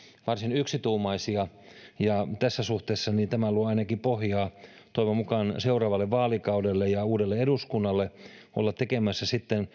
varsin yksituumaisia ja tässä suhteessa tämä luo ainakin pohjaa toivon mukaan seuraavalle vaalikaudelle ja uudelle eduskunnalle olla tekemässä